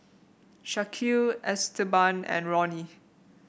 Shaquille Esteban and Ronny